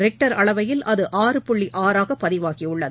Richter அளவையில் அது ஆறு புள்ளி ஆறாக பதிவாகியுள்ளது